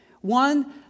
One